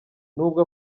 nubwo